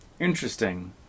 interesting